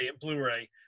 Blu-ray